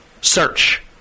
Search